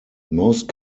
most